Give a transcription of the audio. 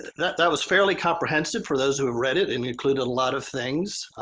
that that was fairly comprehensive for those who read it and we include a lot of things.